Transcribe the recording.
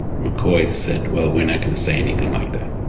mccoy said, well, we're not going to say anything like that.